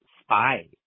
spy